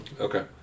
Okay